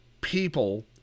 people